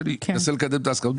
שאני אנסה לקדם את ההסכמות,